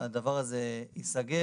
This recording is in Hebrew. הדבר הזה ייסגר,